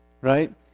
Right